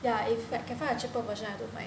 ya if like can find a cheaper version I don't mind